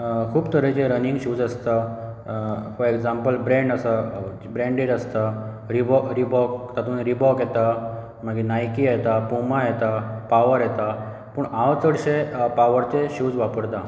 खूब तरेचे running shoes आसता फोर एक्झांपल ब्रॅंड आसा ब्रॅंडीड आसता रिबॉक तातूंत रिबॉक येता मागीर नायकी येता पुमा येता पावर येता पूण हांव चडशे पावराचे शूज वापरतां